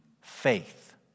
faith